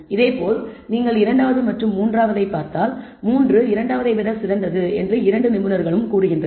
இதேபோல் நீங்கள் 2 மற்றும் 3 ஐப் பார்த்தால் 3 2 ஐ விட சிறந்தது என்று இரண்டு நிபுணர்களும் கூறுகின்றனர்